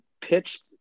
pitched